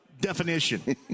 definition